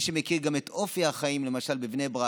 מי שמכיר את אופי החיים למשל בבני ברק,